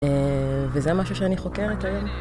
וזה משהו שאני חוקרת היום.